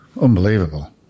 Unbelievable